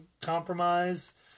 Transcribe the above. compromise